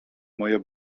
moja